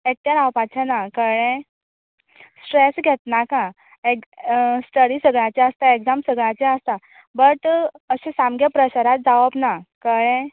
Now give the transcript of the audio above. एकटें रावपाचें ना कळ्ळें स्ट्रेस घेत नाका एक् स्टडी सदाचें आसता एक्जाम सदाचें आसता बट अशें सामकें प्रेशरायज जावप ना कळ्ळें